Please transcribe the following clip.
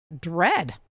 dread